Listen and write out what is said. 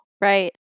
Right